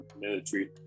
military